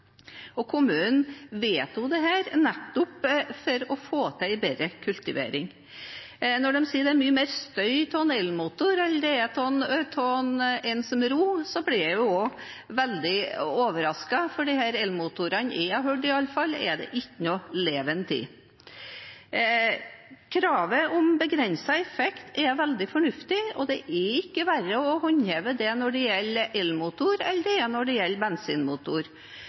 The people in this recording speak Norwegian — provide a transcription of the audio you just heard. det er mye mer støy fra elmotor enn det er fra en som ror, blir jeg også veldig overrasket, for iallfall de elmotorene jeg har hørt, er det ikke noe leven fra. Kravet om begrenset effekt er veldig fornuftig, og det er ikke verre å håndheve det når det gjelder elmotor, enn det er når det gjelder bensinmotor.